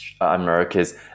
America's